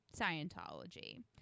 Scientology